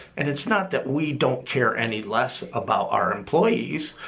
and it's not that we don't care any less about our employees,